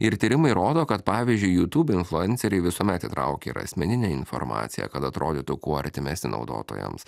ir tyrimai rodo kad pavyzdžiui youtube influenceriai visuomet įtraukia ir asmeninę informaciją kad atrodytų kuo artimesnė naudotojams